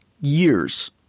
years